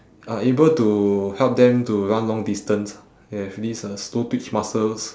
are able to help them to run long distance ah they have these uh slow twitch muscles